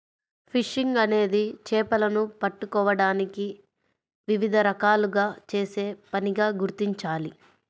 fishing అనేది చేపలను పట్టుకోవడానికి వివిధ రకాలుగా చేసే పనిగా గుర్తించాలి